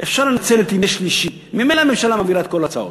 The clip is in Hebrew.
אפשר לנצל את ימי שלישי: ממילא הממשלה מעבירה את כל ההצעות,